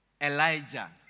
Elijah